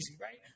right